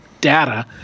Data